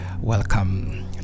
Welcome